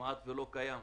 כמעט ולא קיים.